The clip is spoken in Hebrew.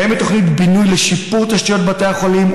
קיימת תוכנית בינוי לשיפור תשתיות בתי החולים,